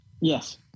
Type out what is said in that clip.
Yes